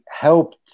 helped